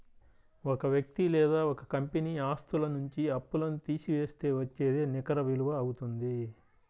ఒక వ్యక్తి లేదా ఒక కంపెనీ ఆస్తుల నుంచి అప్పులను తీసివేస్తే వచ్చేదే నికర విలువ అవుతుంది